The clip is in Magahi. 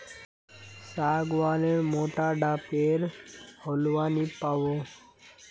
सागवान नेर मोटा डा पेर होलवा नी पाबो